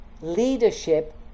leadership